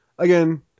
Again